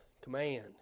command